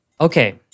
Okay